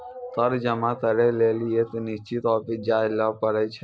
कर जमा करै लेली एक निश्चित ऑफिस जाय ल पड़ै छै